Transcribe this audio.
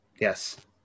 yes